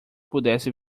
pudesse